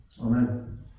Amen